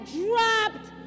dropped